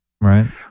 Right